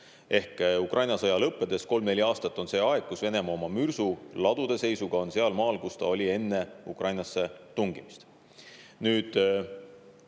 Ehk Ukraina sõja lõpust kolm-neli aastat on see aeg, kui Venemaa oma mürskude laoseisuga on sealmaal, kus ta oli enne Ukrainasse tungimist.